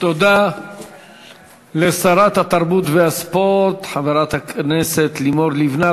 תודה לשרת התרבות והספורט, חברת הכנסת לימור לבנת.